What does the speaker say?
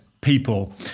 People